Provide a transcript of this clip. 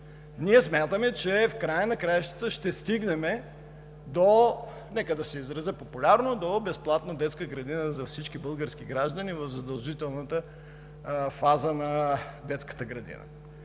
Ние смятаме, че в края на краищата ще стигнем, нека да се изразя популярно, до безплатна детска градина за всички български граждани – в задължителната фаза на детската градина.